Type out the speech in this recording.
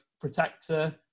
protector